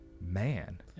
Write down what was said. Man